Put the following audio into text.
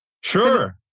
Sure